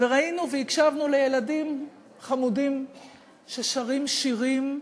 וראינו והקשבנו לילדים חמודים ששרים שירים כואבים,